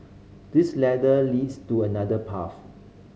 this ladder leads to another path